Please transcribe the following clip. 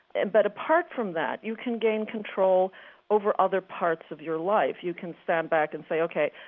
and but apart from that, you can gain control over other parts of your life. you can stand back and say, ok,